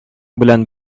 белән